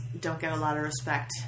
don't-get-a-lot-of-respect